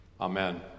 Amen